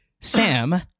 Sam